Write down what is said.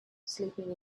sleeping